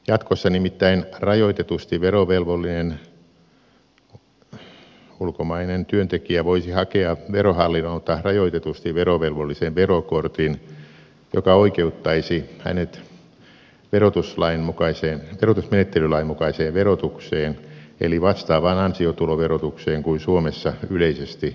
jatkossa nimittäin rajoitetusti verovelvollinen ulkomainen työntekijä voisi hakea verohallinnolta rajoitetusti verovelvollisen verokortin joka oikeuttaisi hänet verotusmenettelylain mukaiseen verotukseen eli vastaavaan ansiotuloverotukseen kuin suomessa yleisesti verovelvolliset